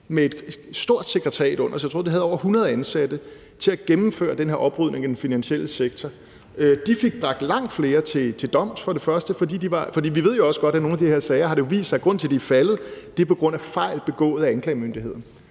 med et stort sekretariat under sig – jeg tror, det havde over 100 ansatte – til at gennemføre den her oprydning af den finansielle sektor. De fik bragt langt flere til doms. Vi ved jo også godt, at det har vist sig, at grunden til, at nogle af de her sager er faldet, er fejl begået af anklagemyndigheden.